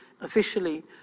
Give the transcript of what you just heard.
officially